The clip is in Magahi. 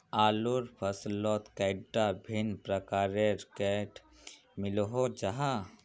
आलूर फसलोत कैडा भिन्न प्रकारेर किट मिलोहो जाहा?